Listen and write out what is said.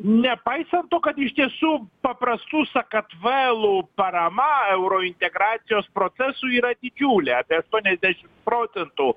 nepaisant to kad iš tiesų paprastų sakartvelų parama eurointegracijos procesui yra didžiulė apie aštuoniasdešimt procentų